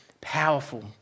powerful